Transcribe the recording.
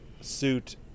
suit